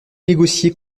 négocier